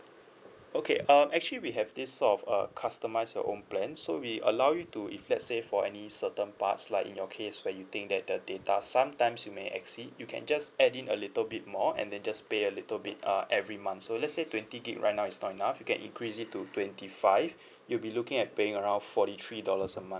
okay um actually we have this sort of uh customize your own plan so we allow you to if let's say for any certain parts like in your case where you think that the data sometimes you may exceed you can just add in a little bit more and then just pay a little bit uh every month so let's say twenty gig right now is not enough you can increase it to twenty five you'll be looking at paying around forty three dollars a month